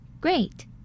Great